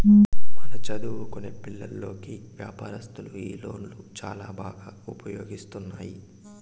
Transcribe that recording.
మన చదువుకొనే పిల్లోల్లకి వ్యాపారస్తులు ఈ లోన్లు చాలా బాగా ఉపయోగిస్తున్నాము